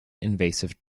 invasive